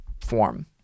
form